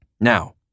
Now